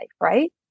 right